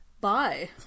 Bye